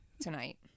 Tonight